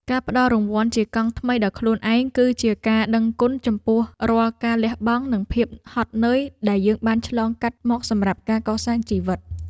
ការផ្ដល់រង្វាន់ជាកង់ថ្មីដល់ខ្លួនឯងគឺជាការដឹងគុណចំពោះរាល់ការលះបង់និងភាពហត់នឿយដែលយើងបានឆ្លងកាត់មកសម្រាប់ការកសាងជីវិត។